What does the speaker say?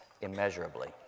immeasurably